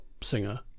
singer